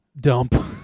dump